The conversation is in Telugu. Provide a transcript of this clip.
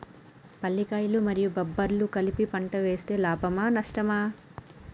పల్లికాయలు మరియు బబ్బర్లు కలిపి పంట వేస్తే లాభమా? నష్టమా?